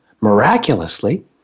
miraculously